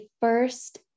first